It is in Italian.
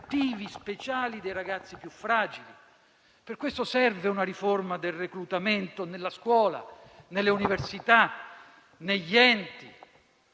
speciali dei ragazzi più fragili. Per questo serve una riforma del reclutamento nella scuola, nelle università e negli enti